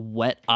wet